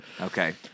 Okay